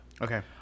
Okay